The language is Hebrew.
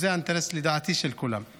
זה האינטרס של כולם, לדעתי.